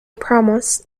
promos